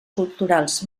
culturals